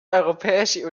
europäische